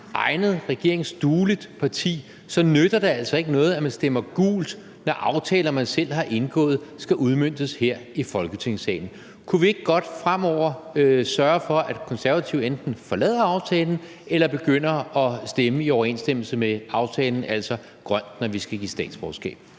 og regeringsdueligt parti, nytter det altså ikke noget, at man stemmer gult, når aftaler, man selv har indgået, skal udmøntes her i Folketingssalen. Kunne vi ikke godt fremover sørge for, at Konservative enten forlader aftalen eller begynder at stemme i overensstemmelse med aftalen, altså stemme grønt, når vi skal give statsborgerskab?